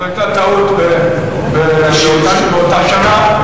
זאת היתה טעות באותה שנה,